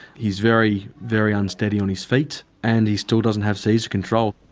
he is very, very unsteady on his feet. and he still doesn't have seizure control.